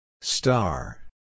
Star